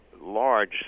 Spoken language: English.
large